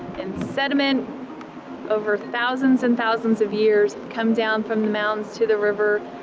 and sediment over thousands and thousands of years come down the mountains to the river,